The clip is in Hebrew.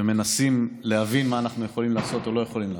ומנסים להבין מה אנחנו יכולים לעשות או לא יכולים לעשות.